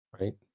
right